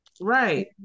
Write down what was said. right